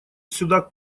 сюда